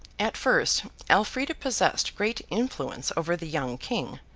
at first, elfrida possessed great influence over the young king,